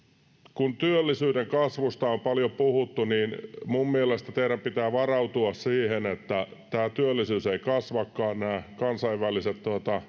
kun työllisyyden kasvusta on paljon puhuttu niin minun mielestäni teidän pitää varautua siihen että tämä työllisyys ei kasvakaan nämä kansainväliset